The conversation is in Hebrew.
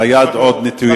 והיד עוד נטויה.